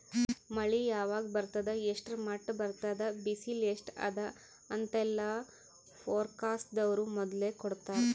ಮಳಿ ಯಾವಾಗ್ ಬರ್ತದ್ ಎಷ್ಟ್ರ್ ಮಟ್ಟ್ ಬರ್ತದ್ ಬಿಸಿಲ್ ಎಸ್ಟ್ ಅದಾ ಅಂತೆಲ್ಲಾ ಫೋರ್ಕಾಸ್ಟ್ ದವ್ರು ಮೊದ್ಲೇ ಕೊಡ್ತಾರ್